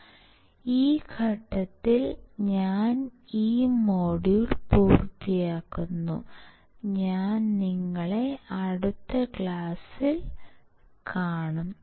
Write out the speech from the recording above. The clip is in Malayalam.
അതിനാൽ ഈ ഘട്ടത്തിൽ ഞാൻ ഈ മൊഡ്യൂൾ പൂർത്തിയാക്കുന്നു ഞാൻ നിങ്ങളെ അടുത്ത ക്ലാസ്സിൽ കാണും